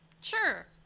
Sure